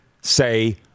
say